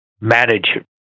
manage